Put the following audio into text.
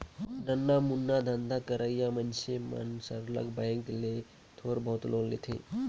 नानमुन धंधा करइया मइनसे मन सरलग बेंक ले थोर बहुत लोन लेथें